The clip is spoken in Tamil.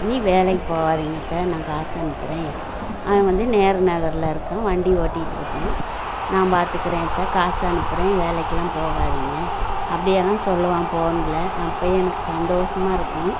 இனி வேலைக்கு போகாதீங்க அத்தை நான் காசு அனுப்புகிறேன் அவன் வந்து நேரு நகரில் இருக்கான் வண்டி ஓட்டியிட்டுருக்கான் நான் பாத்துக்கறேன் அத்தை காசு அனுப்புகிறேன் வேலைக்கெல்லாம் போகாதீங்க அப்படியெல்லாம் சொல்லுவான் போனில் அப்போ எனக்கு சந்தோஷமா இருக்கும்